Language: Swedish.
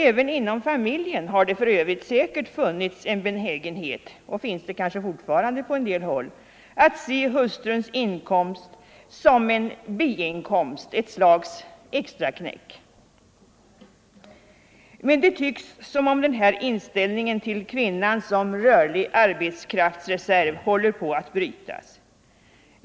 Även inom familjen har det för övrigt säkert funnits och finns kanske fortfarande på en del håll en benägenhet att se hustruns inkomst som en biinkomst, ett slags ”extraknäck.” Men det tycks som om denna inställning till kvinnan som rörlig arbetskraftsreserv håller på att brytas.